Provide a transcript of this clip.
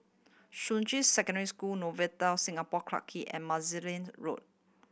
Shuqun Secondary School Novotel Singapore Clarke Quay and Road